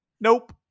Nope